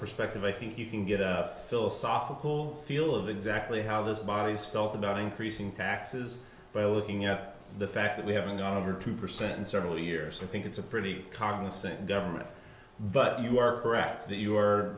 perspective i think you can get a philosophical feel of exactly how those bodies felt about increasing taxes by looking at the fact that we haven't gone over two percent in several years i think it's a pretty constant government but you are correct th